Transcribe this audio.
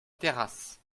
terrasse